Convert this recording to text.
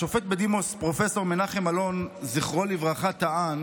השופט בדימוס פרופסור מנחם אלון, זכרו לברכה, טען